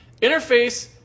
Interface